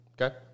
Okay